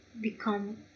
become